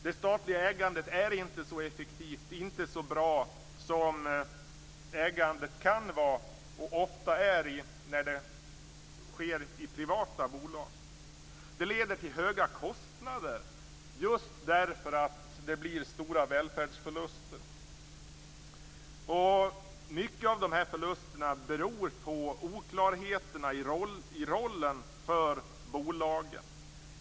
Det statliga ägandet är inte så effektivt och inte så bra som ägandet kan vara, och ofta är, i privata bolag. Det leder till höga kostnader just därför att det blir stora välfärdsförluster. Mycket av dessa förluster beror på oklarheterna i rollen för bolagen.